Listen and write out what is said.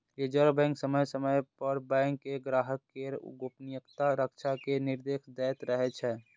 reserve bank समय समय पर बैंक कें ग्राहक केर गोपनीयताक रक्षा के निर्देश दैत रहै छै